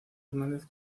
hernández